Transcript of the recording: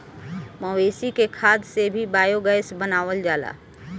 मवेशी के खाद से भी बायोगैस बनावल जाला